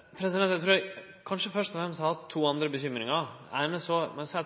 Eg trur kanskje eg først og fremst har to andre bekymringar. Eg er bekymra for